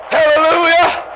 Hallelujah